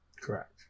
Correct